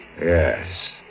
Yes